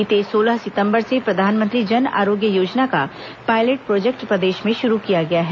बीते सोलह सितम्बर से प्रधानमंत्री जन आरोग्य योजना का पायलट प्रोजेक्ट प्रदेश मे शुरू किया गया है